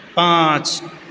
पाँच